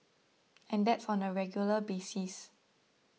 and that's on a regular basis